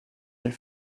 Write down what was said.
îles